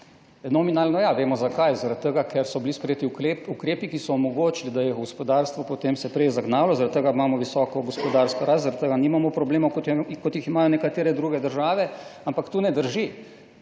Nominalno, ja, vemo zakaj. Zaradi tega, ker so bili sprejeti ukrepi, ki so omogočili, da je gospodarstvo potem se prej zagnalo, zaradi tega imamo visoko gospodarsko rast, zaradi tega nimamo problemov, kot jih imajo nekatere druge države. Ampak to ne drži.